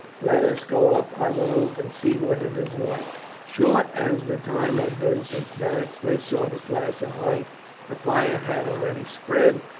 let us go up on the roof and see what it is like. short as the time had been since beric first saw the flash of light the fire had already spread,